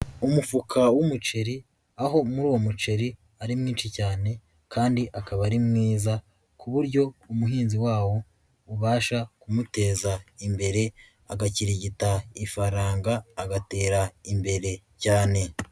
Umufuka w'umuceri aho muri uwo muceri ari mwinshi cyane kandi akaba ari mwiza ku buryo umuhinzi wawo ubasha kumuteza imbere agakirigita ifaranga agatera imbere cyane.